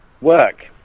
work